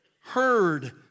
heard